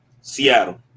Seattle